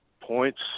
Points